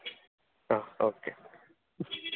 okay